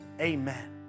Amen